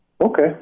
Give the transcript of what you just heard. Okay